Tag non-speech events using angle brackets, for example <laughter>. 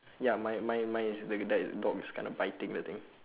ya mine mine mine is <noise> that dog is kind of biting the thing